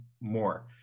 more